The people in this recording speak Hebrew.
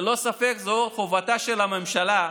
ללא ספק זו חובתה של הממשלה,